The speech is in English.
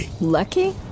Lucky